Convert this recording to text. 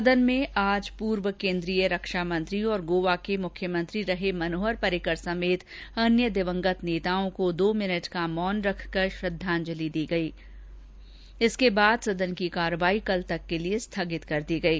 सदन में आज पूर्व केंद्रीय रक्षा मंत्री और गोवा के मुख्यमंत्री रहे मनोहर पर्रिकर समेत अन्य दिवंगत नेताओं को सदन में दो मिनट का मौन रखकर श्रद्वांजलि अर्पित करने के बाद सदन की कार्यवाही कल तक के लिए स्थगित कर दी गयी